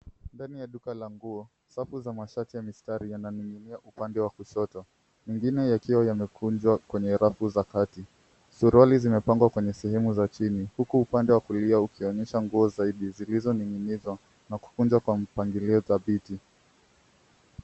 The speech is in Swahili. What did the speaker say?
Ndani ya duka la nguo, safu za mashati ya mistari yananingin'ia upande wa kushoto. Mengine yakiwa yamekunjwa kwenye rafu za kati. Suruali zimepangwa kwenye sehemu za chini, huku upande wa kulia ukionyesha nguo zaidi, zilizoning'inizwa na kukunjwa kwa mpangilio dhabiti.